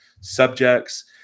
subjects